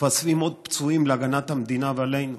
מתווספים עוד פצועים בהגנת המדינה ועלינו.